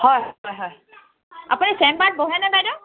হয় হয় হয় আপুনি চেম্বাৰত বহেনে বাইদেউ